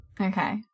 Okay